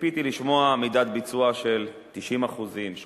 ציפיתי לשמוע מידת ביצוע של 90%, 80%,